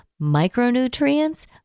micronutrients